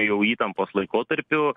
jau įtampos laikotarpiu